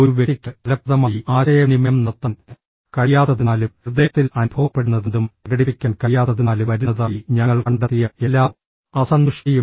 ഒരു വ്യക്തിക്ക് ഫലപ്രദമായി ആശയവിനിമയം നടത്താൻ കഴിയാത്തതിനാലും ഹൃദയത്തിൽ അനുഭവപ്പെടുന്നതെന്തും പ്രകടിപ്പിക്കാൻ കഴിയാത്തതിനാലും വരുന്നതായി ഞങ്ങൾ കണ്ടെത്തിയ എല്ലാ അസന്തുഷ്ടിയും